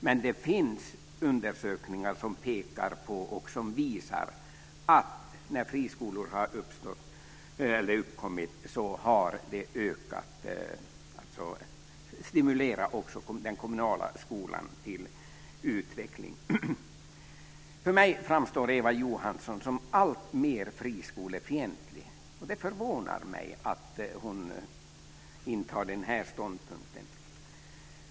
Men det finns undersökningar som visar att när friskolor har uppkommit har de också stimulerat den kommunala skolan till utveckling. För mig framstår Eva Johansson som alltmer friskolefientlig. Det förvånar mig att hon intar den ståndpunkten.